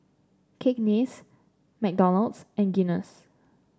Cakenis McDonald's and Guinness